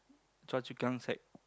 Choa-Chu-Kang side